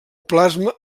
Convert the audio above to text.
plasma